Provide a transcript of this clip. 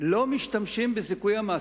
לא משתמשים בזיכוי המס.